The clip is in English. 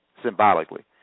symbolically